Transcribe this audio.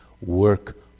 work